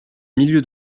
milieu